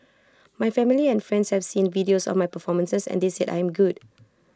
my family and friends have seen videos of my performances and they said I am good